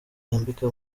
yambika